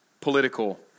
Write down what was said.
political